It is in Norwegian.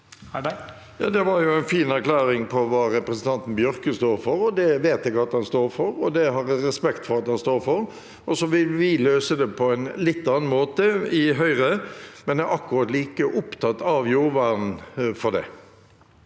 Det var en fin erklæ- ring av hva representanten Bjørke står for. Det vet jeg at han står for, og det har jeg respekt for at han står for. Så vil vi i Høyre løse det på en litt annen måte, men er akkurat like opptatt av jordvern for det.